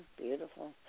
beautiful